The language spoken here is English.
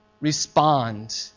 respond